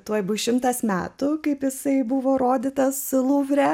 tuoj bus šimtas metų kaip jisai buvo rodytas luvre